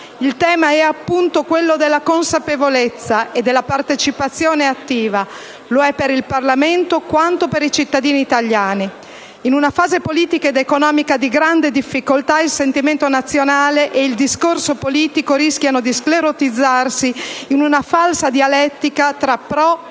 Il tema è, appunto, quello della consapevolezza e della partecipazione attiva: lo è per il Parlamento quanto per i cittadini italiani. In una fase politica ed economica di grande difficoltà, il sentimento nazionale ed il discorso politico rischiano di sclerotizzarsi in una falsa dialettica tra pro e